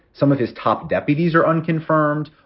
some of his top deputies are unconfirmed.